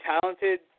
talented